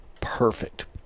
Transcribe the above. perfect